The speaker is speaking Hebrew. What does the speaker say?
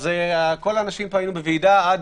אז כל האנשים פה היינו בוועידה עד